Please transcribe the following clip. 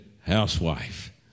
housewife